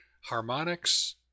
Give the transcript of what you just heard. Harmonics